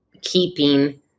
keeping